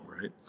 right